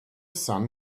sun